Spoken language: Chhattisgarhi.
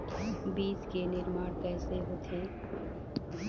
बीज के निर्माण कैसे होथे?